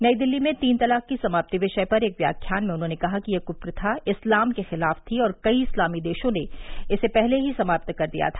नई दिल्ली में तीन तलाक की समाप्ति विषय पर एक व्याख्यान में उन्होंने कहा कि यह कृप्रथा इस्लाम के खिलाफ थी और कई इस्लामी देशों ने पहले ही इसे समाप्त कर दिया था